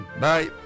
Bye